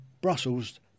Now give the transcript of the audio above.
brussels